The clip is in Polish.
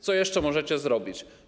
Co jeszcze możecie zrobić?